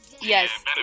Yes